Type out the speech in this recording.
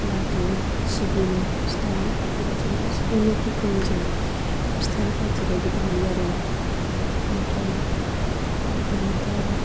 लादु सिबिं फिथा बेबायदि गासै गोबां रोखोमनि जों फिथा बायदि बायदि बानायो आरो ना ओमफ्राय जोङो दा